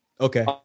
Okay